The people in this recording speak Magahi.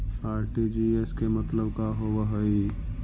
आर.टी.जी.एस के मतलब का होव हई?